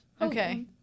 Okay